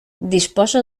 disposa